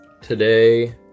today